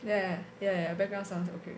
ya ya background sounds okay